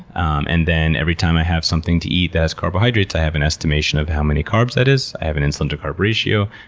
um and then every time i have something to eat that has carbohydrates, i have an estimation of how many carbs that is. i have an insulin-to-carb ratio,